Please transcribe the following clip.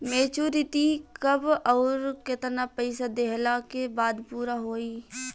Maturity कब आउर केतना पईसा देहला के बाद पूरा होई?